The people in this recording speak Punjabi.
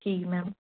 ਜੀ ਮੈਮ